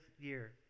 year